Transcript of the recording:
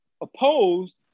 opposed